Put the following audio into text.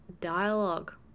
dialogue